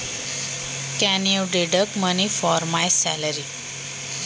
तुम्ही माझ्या पगारातून पैसे कापून घेऊ शकता का?